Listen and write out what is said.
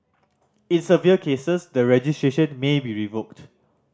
in severe cases the registration may be revoked